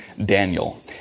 Daniel